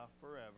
forever